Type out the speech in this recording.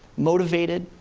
motivated,